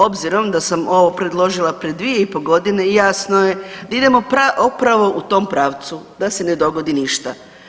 Obzirom da sam ovo predložila prije 2,5 godine jasno je da idemo upravo u tom pravcu da se ne dogodi ništa.